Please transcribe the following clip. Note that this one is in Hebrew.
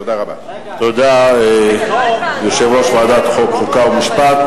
תודה ליושב-ראש ועדת חוק, חוקה ומשפט.